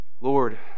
Lord